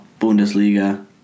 Bundesliga